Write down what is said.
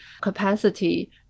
capacity